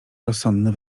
rozsądny